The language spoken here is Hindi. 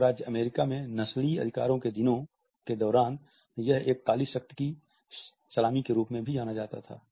संयुक्त राज्य अमेरिका में नस्लीय अधिकारों के दिनों के दौरान यह एक काली शक्ति की सलामी के रूप में भी जाना जाता था